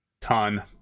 Ton